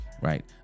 Right